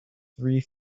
three